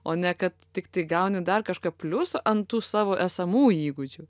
o ne kad tiktai gauni dar kažką pliusą ant tų savo esamų įgūdžių